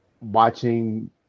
Watching